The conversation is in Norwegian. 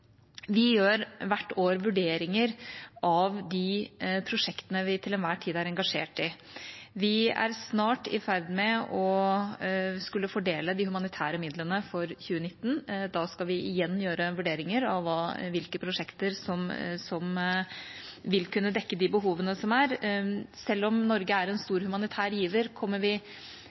Vi gjør hvert år vurderinger av de prosjektene vi til enhver tid er engasjert i. Vi er snart i ferd med å fordele de humanitære midlene for 2019. Da skal vi igjen gjøre vurderinger av hvilke prosjekter som vil kunne dekke de behovene som er. Selv om Norge er en stor humanitær giver, kommer